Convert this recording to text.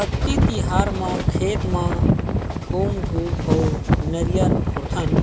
अक्ती तिहार म खेत म हूम धूप अउ नरियर फोड़थन